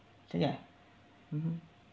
so ya mmhmm